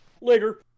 Later